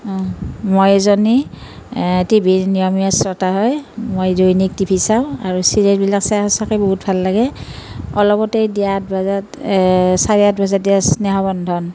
মই এজনী টিভিৰ নিয়মীয়া শ্ৰোতা হয় মই দৈনিক টি ভি চাওঁ আৰু চিৰিয়েলবিলাক চাই সচাঁকৈ বহুত ভাল লাগে অলপতে দিয়া আঠ বজাত চাৰে আঠ বজাত দিয়ে স্নেহ বন্ধন